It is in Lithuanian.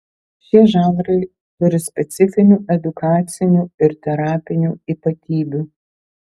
šie žanrai turi specifinių edukacinių ir terapinių ypatybių